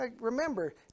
Remember